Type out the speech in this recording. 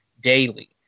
daily